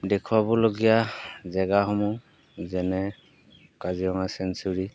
দেখুৱাবলগীয়া জেগাসমূহ যেনে কাজিৰঙা চেংচুৰী